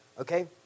Okay